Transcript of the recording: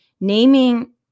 naming